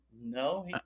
No